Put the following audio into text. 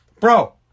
bro